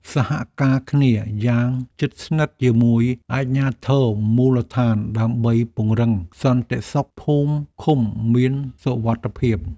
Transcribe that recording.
សហការគ្នាយ៉ាងជិតស្និទ្ធជាមួយអាជ្ញាធរមូលដ្ឋានដើម្បីពង្រឹងសន្តិសុខភូមិឃុំមានសុវត្ថិភាព។